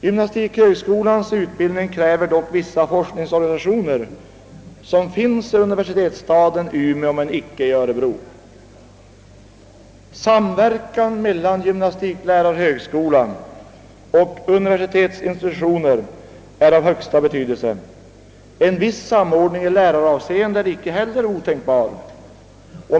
Gymnastikhögskolans utbildningsverksamhet kräver dock tillgång till vissa forskningsorganisationer, som finns i universitetsstaden Umeå men icke i Örebro. Samverkan mellan gymnastiklärarhögskolan och universitetsinstitutioner är av största betydelse. En viss samordning i läraravseende är inte heller otänkbar.